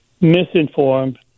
misinformed